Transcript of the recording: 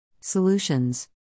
Solutions